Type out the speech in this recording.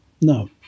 No